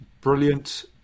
Brilliant